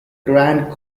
grand